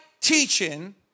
teaching